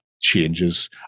changes